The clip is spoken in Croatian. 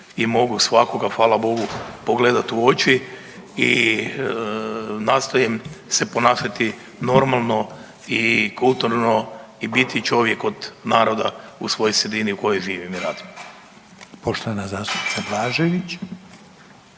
i mogu svakoga hvala Bogu pogledat u oči i nastojim se ponašati normalno i kulturno i biti čovjek od naroda u svojoj sredini u kojoj živim i radim.